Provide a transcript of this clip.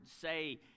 say